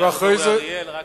ואחרי זה, רק שנייה,